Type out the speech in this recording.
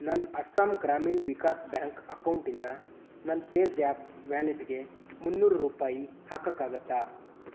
ನನ್ನ ಅಸ್ಸಾಂ ಗ್ರಾಮೀಣ್ ವಿಕಾಸ್ ಬ್ಯಾಂಕ್ ಅಕೌಂಟಿಂದ ನನ್ನ ಪೇ ಜ್ಯಾಪ್ ವ್ಯಾಲೆಟ್ಗೆ ಮುನ್ನೂರು ರೂಪಾಯಿ ಹಾಕೋಕ್ಕಾಗುತ್ತಾ